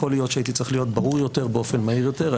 יכול להיות שהייתי צריך להיות ברור יותר באופן מהיר יותר.